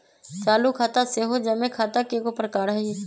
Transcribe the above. चालू खता सेहो जमें खता के एगो प्रकार हइ